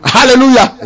Hallelujah